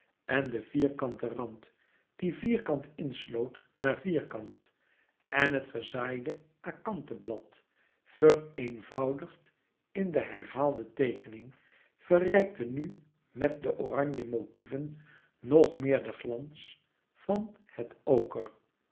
en de vierkanten rand die vierkant in sloot na vierkant en het gezaaide akanthe blad vereenvoudigd in de herhaalde teekening verrijkten nu met de oranje motieven nog meer den glans van het oker